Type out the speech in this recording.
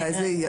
מתי זה יקרה?